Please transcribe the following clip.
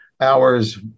hours